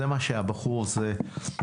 זה מה שהבחור הזה אמר.